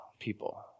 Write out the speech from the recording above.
people